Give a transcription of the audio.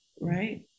Right